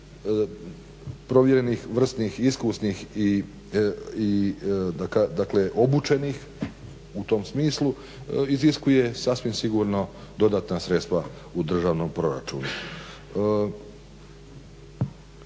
provjerenih, vrsnih, iskusnih i obučenih u tom smislu iziskuje sasvim sigurno dodatna sredstva u državnom proračunu.